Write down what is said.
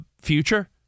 future